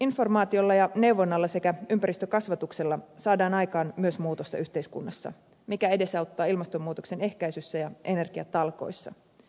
informaatiolla ja neuvonnalla sekä ympäristökasvatuksella saadaan aikaan myös muutosta yhteiskunnassa mikä edesauttaa ilmastonmuutoksen ehkäisyssä ja energiatalkoissa